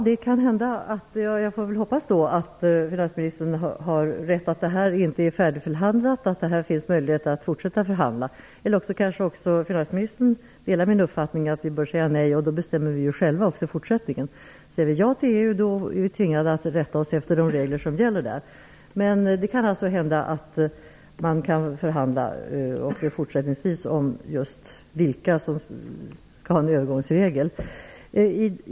Herr talman! Jag får hoppas att finansministern har rätt i att det här inte är färdigförhandlat och att det här finns möjligheter att fortsätta att förhandla. Eller också kanske finansministern delar min uppfattning om att vi bör säga nej. Då bestämmer vi ju själva också i fortsättningen. Om vi säger ja till EU är vi tvingade att rätta oss efter de regler som gäller där. Men det kan alltså hända att man också fortsättningsvis kan förhandla om just vilka som skall ha en övergångsregel.